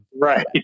Right